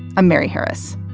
i'm mary harris